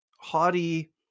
haughty